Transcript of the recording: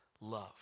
love